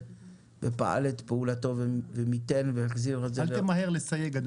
ופעל את פעולתו ומיתן והחזיר את זה --- אל תמהר לסייג.